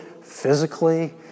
physically